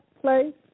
place